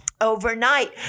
overnight